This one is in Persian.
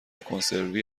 کنسروی